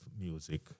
music